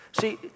See